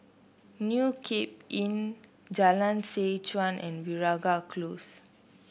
New Cape Inn Jalan Seh Chuan and Veeragoo Close